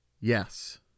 Yes